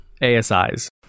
asis